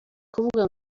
kuvuga